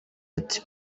ati